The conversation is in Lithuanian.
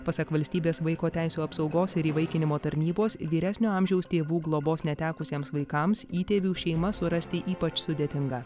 pasak valstybės vaiko teisių apsaugos ir įvaikinimo tarnybos vyresnio amžiaus tėvų globos netekusiems vaikams įtėvių šeimą surasti ypač sudėtinga